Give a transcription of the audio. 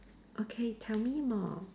okay tell me more